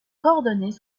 coordonnés